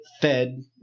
fed